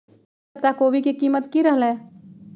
ई सप्ताह कोवी के कीमत की रहलै?